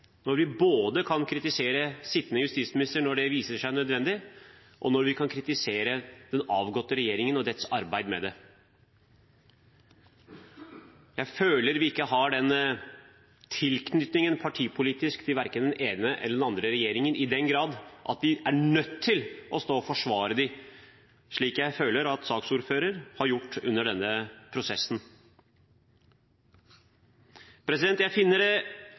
når vi både kan kritisere sittende justisminister når det viser seg nødvendig, og når vi kan kritisere den avgåtte regjeringen og dens arbeid. Jeg føler at vi ikke har den tilknytningen partipolitisk til verken den ene eller den andre regjeringen i den grad at vi er nødt til å stå og forsvare dem, slik jeg føler at saksordføreren har gjort under denne prosessen. Det jeg finner